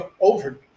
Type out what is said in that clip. over